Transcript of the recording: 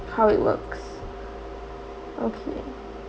how it works okay